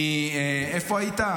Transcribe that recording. איפה היית?